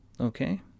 okay